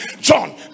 John